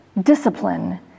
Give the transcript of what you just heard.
Discipline